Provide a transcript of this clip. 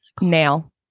Nail